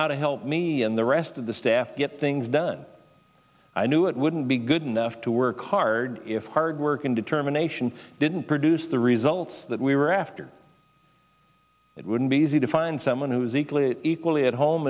how to help me and the rest of the staff get things done i knew it wouldn't be good enough to work hard if hard work and determination didn't produce the results that we were after it wouldn't be easy to find someone who was equally equally at home